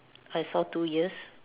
I saw two ears